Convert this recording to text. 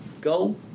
Go